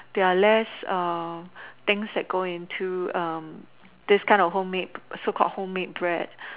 there are less um things that go into um this kind of home so called homemade bread